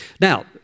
Now